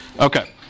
Okay